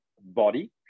body